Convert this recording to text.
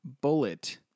Bullet